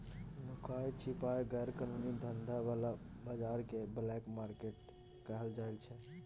नुकाए छिपाए गैर कानूनी धंधा बला बजार केँ ब्लैक मार्केट कहल जाइ छै